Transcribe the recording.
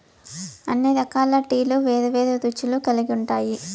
అన్ని రకాల టీలు వేరు వేరు రుచులు కల్గి ఉంటాయి